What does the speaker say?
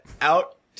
out